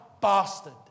bastard